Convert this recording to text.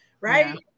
Right